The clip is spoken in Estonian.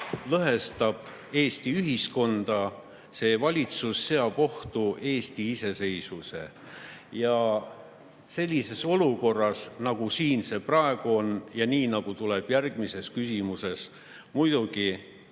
lõhestab Eesti ühiskonda, see valitsus seab ohtu Eesti iseseisvuse. Ja sellises olukorras, nagu me siin praegu oleme ja nii nagu [seisab ees] järgmises küsimuses, muidugi